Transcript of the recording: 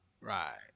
Right